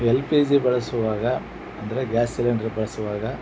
L P G ಬಳಸುವಾಗ ಅಂದರೆ gas cylinder ಬಳಸುವಾಗ